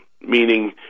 meaning